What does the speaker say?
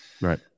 Right